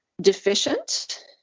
deficient